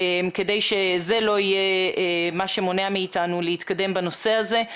כדי שזה לא יהיה מה שמונע מאיתנו להתקדם בנושא הזה.